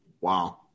Wow